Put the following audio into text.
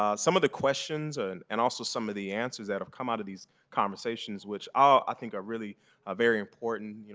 um some of the questions and and also some of the answers that have come out of these conversations which all i think ah are ah very important.